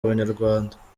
abanyarwanda